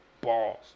balls